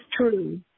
true